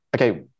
okay